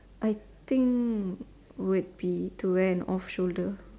I think would be to wear an off shoulder